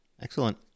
Excellent